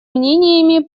мнениями